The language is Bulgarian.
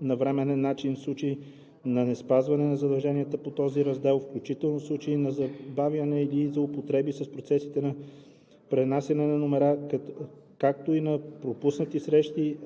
навременен начин в случай на неспазване на задълженията по този раздел, включително в случаи на забавяния или на злоупотреби с процесите на пренасяне на номера, както и на пропуснати срещи